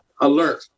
alert